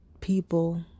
people